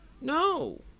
no